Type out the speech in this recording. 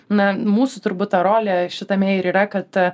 na mūsų turbūt ta rolė šitame ir yra kad